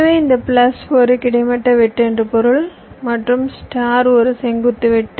எனவே இந்த பிளஸ் ஒரு கிடைமட்ட வெட்டு என்று பொருள் மற்றும் ஸ்டார் ஒரு செங்குத்து வெட்டு